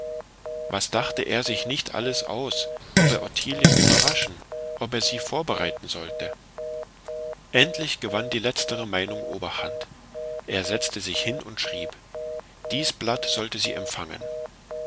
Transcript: was dachte er sich nicht alles aus ob er ottilien überraschen ob er sie vorbereiten sollte endlich gewann die letztere meinung oberhand er setzte sich hin und schrieb dies blatt sollte sie empfangen